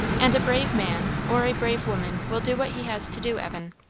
and a brave man, or a brave woman, will do what he has to do, evan.